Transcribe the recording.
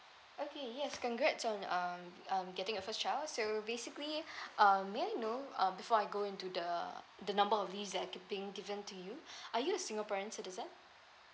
okay yes congrats on um getting your first child so basically um may I know uh before I go into the the number of leave that are keeping given to you are you a singaporeans citizen